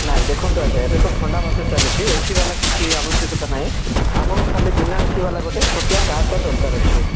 ନାଇ ଦେଖନ୍ତୁ ଆଜ୍ଞା ଏବେ ତ ଥଣ୍ଡା ମାସ ଚାଲିଛି ଏସି ଵାଲା କିଛି ଆବଶ୍ୟକତା ନାଇ ଆମକୁ ଖାଲି ବିନା ଏସି ଵାଲା ଗୋଟେ ଛୋଟିଆ କାର୍ଟା ଦରକାର ଅଛି